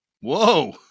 whoa